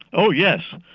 oh yes.